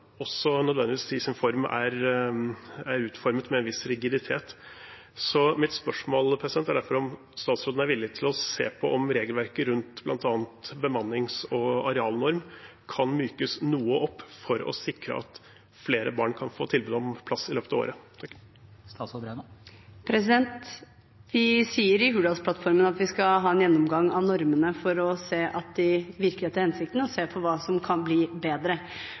også nødvendigvis i sin form er utformet med en viss rigiditet. Mitt spørsmål er derfor om statsråden er villig til å se på om regelverket rundt bl.a. bemannings- og arealnorm kan mykes noe opp for å sikre at flere barn kan få tilbud om plass i løpet av året. Vi sier i Hurdalsplattformen at vi skal ha en gjennomgang av normene for å se at de virker etter hensikten, og se på hva som kan bli bedre.